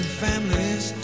families